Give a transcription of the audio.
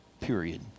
period